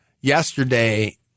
yesterday